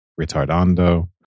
retardando